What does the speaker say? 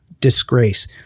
disgrace